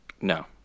No